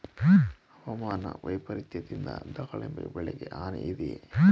ಹವಾಮಾನ ವೈಪರಿತ್ಯದಿಂದ ದಾಳಿಂಬೆ ಬೆಳೆಗೆ ಹಾನಿ ಇದೆಯೇ?